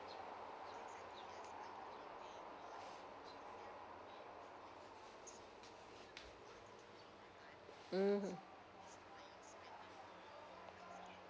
mmhmm